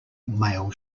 mail